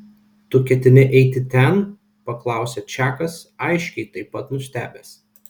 tu ketini eiti ten paklausė čakas aiškiai taip pat nustebęs